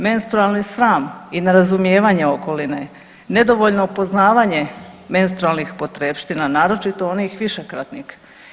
Menstrualni sram i nerazumijevanje okoline, nedovoljno poznavanje menstrualnih potrepština naročito onih višekratnih.